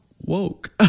woke